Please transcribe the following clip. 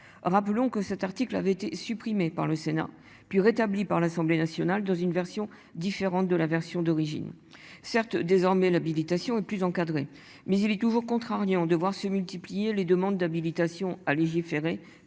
Rappelons que cet article avait été supprimé par le Sénat, puis rétabli par l'Assemblée nationale dans une version différente de la version d'origine certes désormais l'habilitation et plus encadré. Mais il est toujours contrariant de voir se multiplier les demandes d'habilitation à légiférer